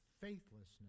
faithlessness